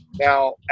Now